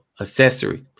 Accessory